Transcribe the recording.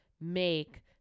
make